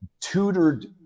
tutored